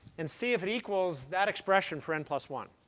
and see if it equals that expression for n plus one.